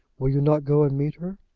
will you not go and meet her?